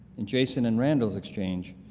in jason and randall's exchange,